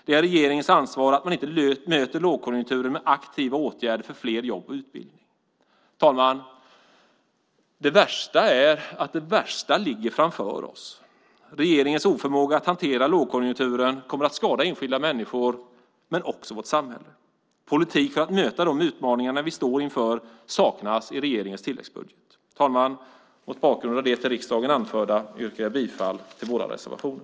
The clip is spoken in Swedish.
Det är regeringens ansvar att lågkonjunkturen inte möts med aktiva åtgärder för fler jobb och utbildning. Herr talman! Det värsta är att det värsta ligger framför oss. Regeringens oförmåga att hantera lågkonjunkturen kommer att skada enskilda människor och också vårt samhälle. En politik för att möta de utmaningar som vi står inför saknas i regeringens tilläggsbudget. Herr talman! Mot bakgrund av det till riksdagen anförda yrkar jag bifall till våra reservationer.